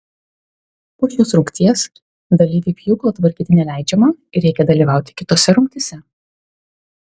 po šios rungties dalyviui pjūklo tvarkyti neleidžiama ir reikia dalyvauti kitose rungtyse